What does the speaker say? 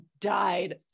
died